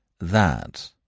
That